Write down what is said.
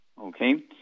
Okay